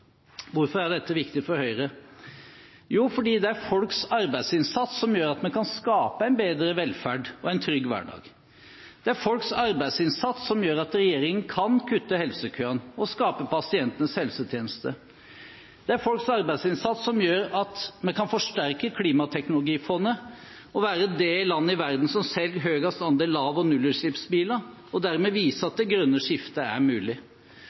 Hvorfor er dette viktig for Høyre? Jo, fordi det er folks arbeidsinnsats som gjør at vi kan skape en bedre velferd og en trygg hverdag. Det er folks arbeidsinnsats som gjør at regjeringen kan kutte helsekøene og skape pasientenes helsetjeneste. Det er folks arbeidsinnsats som gjør at vi kan forsterke klimateknologifondet og være det landet i verden som selger høyest andel lav- og nullutslippsbiler, og dermed vise at det grønne skiftet er mulig.